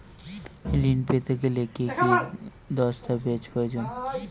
ঋণ পেতে গেলে কি কি দস্তাবেজ প্রয়োজন?